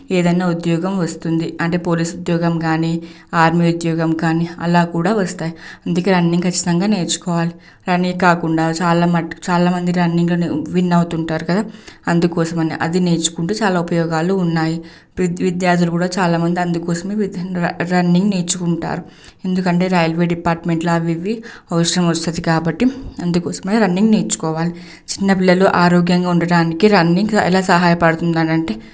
ఏదైనా ఉద్యోగం వస్తుంది అంటే పోలీస్ ఉద్యోగం కానీ ఆర్మీ ఉద్యోగం కానీ అలా కూడా వస్తాయి అందుకే రన్నింగ్ ఖచ్చితంగా నేర్చుకోవాలి రన్నింగ్ కాకుండా చాలా మటుకు చాలామంది రన్నింగ్లో విన్ అవుతుంటారు కదా అందుకోసం అని అది నేర్చుకుంటే చాలా ఉపయోగాలు ఉన్నాయి పృథ్వి విద్యార్థులు కూడా చాలా మంది అందుకోసమే విధంగా రన్నింగ్ నేర్చుకుంటారు ఎందుకంటే రైల్వే డిపార్ట్మెంట్లో అవి ఇవి అవసరం వస్తుంది కాబట్టి అందుకోసం అని రన్నింగ్ నేర్చుకోవాలి చిన్నపిల్లలు ఆరోగ్యంగా ఉండడానికి రన్నింగ్ ఎలా సహాయపడుతుంది అని అంటే